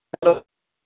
hello